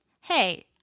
Hey